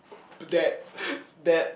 that that